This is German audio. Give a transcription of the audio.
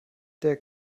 der